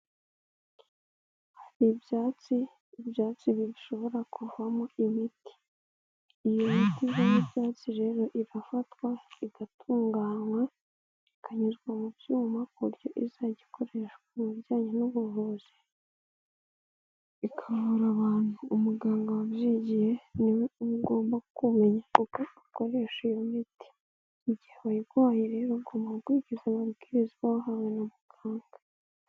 Hari ibyatsi ibyatsi bishobora kuvamo imiti. Iyo miti y'ibyatsi rero, irafatwa igatunganywa, ikanyuzwa mu byuma ku buryo izajya ikoreshwa mu bijyanye n'ubuvuzi, ikavura abantu. Umuganga wabyigiye niwe ugomba kumenya uko ukoresha iyo miti. Mu gihe bayiguhaye rero ugomba gukurikiza amabwiriza uba wahawe na muganga.